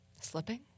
Slipping